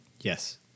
yes